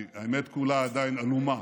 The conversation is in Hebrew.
כי האמת כולה עדיין עלומה.